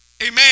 Amen